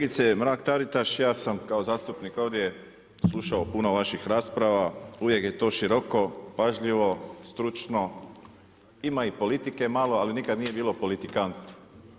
Kolegice Mrak Taritaš, ja sam kao zastupnik ovdje slušao puno vaših rasprava, uvijek je to široko, pažljivo, stručno, ima i politike malo, ali nikad nije bilo politikantstva.